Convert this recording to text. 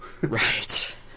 Right